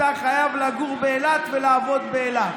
אתה חייב לגור באילת ולעבוד באילת.